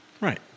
right